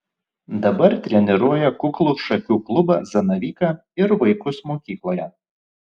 dabar treniruoja kuklų šakių klubą zanavyką ir vaikus mokykloje